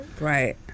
right